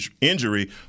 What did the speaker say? injury